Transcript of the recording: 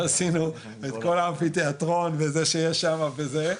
אז עשינו את כל אמפי התיאטרון שיש שם וזה.